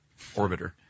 orbiter